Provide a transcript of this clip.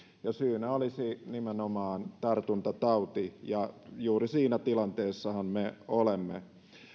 ja syynä olisi nimenomaan tartuntatauti juuri siinä tilanteessahan me olemme